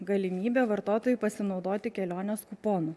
galimybė vartotojui pasinaudoti kelionės kuponu